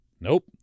Nope